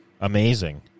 Amazing